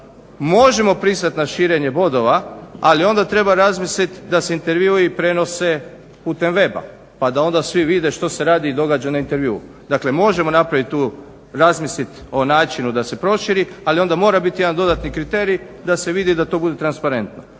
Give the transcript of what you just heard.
Možemo pristat na širenje bodova, ali onda treba razmislit da se intervjui prenose putem weba pa da onda svi vide što se radi i događa na intervjuu. Dakle možemo napraviti tu, razmislit o načinu da se proširi ali onda mora biti jedan dodatni kriterij da se vidi da to bude transparentno.